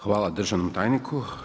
Hvala državnom tajniku.